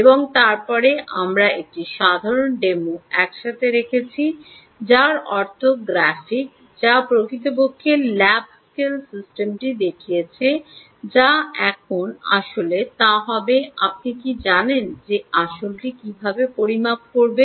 এবং তারপরে আমরা একটি সাধারণ ডেমো একসাথে রেখেছি যার অর্থ গ্রাফিক যা প্রকৃতপক্ষে ল্যাব স্কেল সিস্টেমটি দেখিয়েছে যা এখন আসলে তা হবে আপনি কী জানেন যে আসলে এই পরিমাপটি করবে